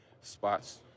spots